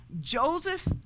Joseph